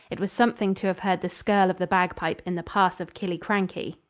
it was something to have heard the skirl of the bag-pipe in the pass of killiekrankie.